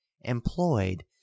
employed